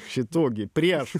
šitų gi priešų